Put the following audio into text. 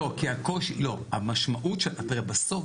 בסוף,